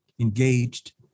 engaged